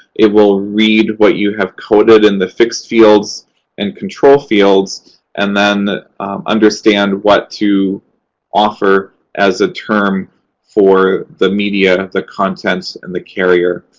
it will read what you have coded in the fixed fields and control fields and then understand what to offer as a term for the media, the content, and the carrier.